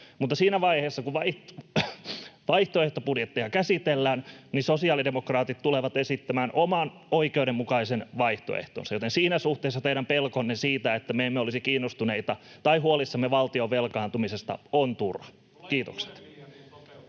käy. Siinä vaiheessa, kun vaihtoehtobudjetteja käsitellään, sosiaalidemokraatit tulevat esittämään oman, oikeudenmukaisen vaihtoehtonsa, joten siinä suhteessa teidän pelkonne siitä, että me emme olisi kiinnostuneita tai huolissamme valtion velkaantumisesta, on turha. — Kiitokset.